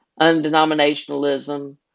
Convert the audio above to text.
undenominationalism